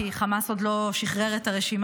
כי חמאס עוד לא שחרר את הרשימה.